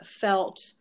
felt